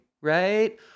Right